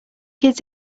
kids